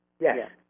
Yes